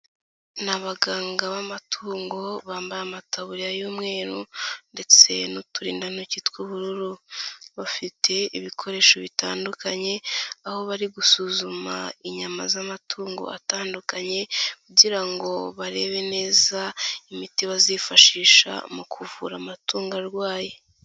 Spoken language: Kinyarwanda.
Ni abaganga b'amatungo bambaye amataburiya y'umweru ndetse n'uturindantoki tw'ubururu, bafite ibikoresho bitandukanye aho bari gusuzuma inyama z'amatungo atandukanye kugira ngo barebe neza imiti bazifashisha mu kuvura amatungo arwaye.